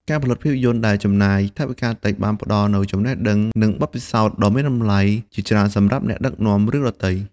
ការផលិតភាពយន្តដែលចំណាយថវិកាតិចបានផ្តល់នូវចំណេះដឹង និងបទពិសោធន៍ដ៏មានតម្លៃជាច្រើនសម្រាប់អ្នកដឹកនាំរឿងដទៃ។